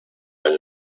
del